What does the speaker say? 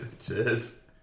Cheers